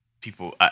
people